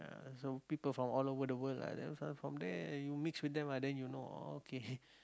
uh so people from all over the world are from there you mix with them ah then you know oh okay